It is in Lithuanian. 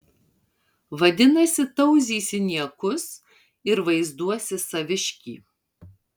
vadinasi tauzysi niekus ir vaizduosi saviškį